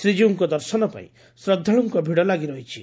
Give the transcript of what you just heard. ଶ୍ରୀଜୀଉଙ୍କ ଦର୍ଶନ ପାଇଁ ଶ୍ରଦ୍ଧାଳୁଙ୍କ ଭିଡ଼ ଲାଗିରହିଛି